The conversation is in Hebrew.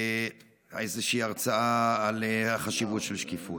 איזושהי הרצאה על החשיבות של שקיפות.